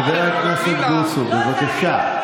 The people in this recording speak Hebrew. חבר הכנסת בוסו, בבקשה.